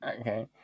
Okay